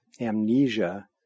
amnesia